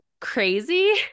crazy